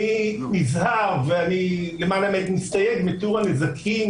אני נזהר ואני למען האמת מסתייג מתיאור הנזקים